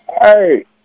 Hey